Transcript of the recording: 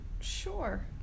Sure